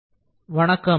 காலை வணக்கம்